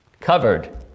covered